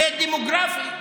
זה דמוגרפי.